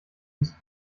dies